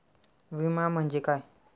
विमा म्हणजे काय?